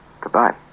Goodbye